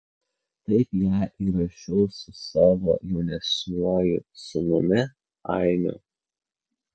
taip ją įrašiau su savo jaunesniuoju sūnumi ainiu